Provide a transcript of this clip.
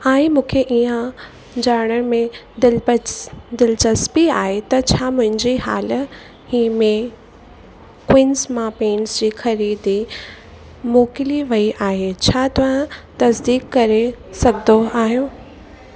हाय मूंख़े इहा ॼाणण में दिलपस दिलचस्पी आहे त छा मुंहिंजी हाल ई में क्विन्स मां पेंट्स जी ख़रीदी मोकिली वई आहे छा तव्हां तस्दीक़ करे सघंदो आहियो